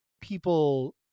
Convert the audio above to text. people